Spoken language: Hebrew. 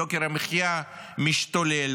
יוקר המחיה משתולל,